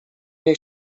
nie